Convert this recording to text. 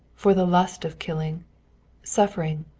for the lust of killing suffering,